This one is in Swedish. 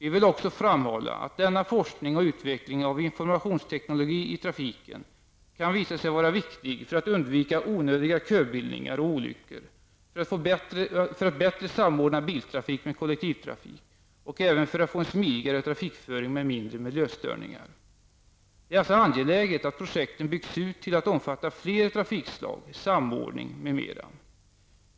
Vi vill också framhålla att denna forskning och utveckling av informationsteknologi i trafiken kan visa sig vara viktig för att undvika onödiga köbildningar och olyckor, för att bättre samordna biltrafik med kollektivtrafik samt även för att få en smidigare trafikföring med mindre miljöstörningar. Det är alltså angeläget att projekten byggs ut till att omfatta fler trafikslag, samordning m.m.